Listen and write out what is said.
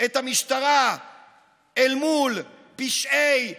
את המשטרה אל מול פשעי אדונו,